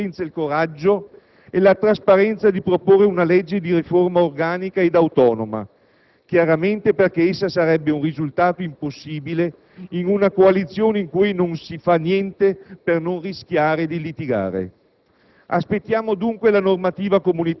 in materia di un provvedimento e, soprattutto, senza il coraggio e la trasparenza di proporre una legge di riforma organica ed autonoma; chiaramente perché essa sarebbe un risultato impossibile in una coalizione in cui non si fa niente per non rischiare di litigare.